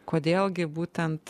kodėl gi būtent